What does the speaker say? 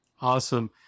Awesome